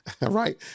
right